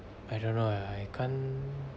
I don't know I I can't